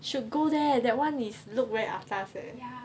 should go there eh that one is look very atas eh